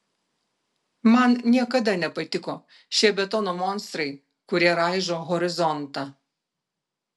man niekada nepatiko šie betono monstrai kurie raižo horizontą